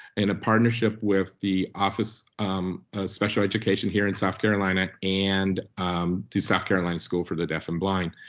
and a partnership with the office of special education here in south carolina, and through south carolina school for the deaf and blind.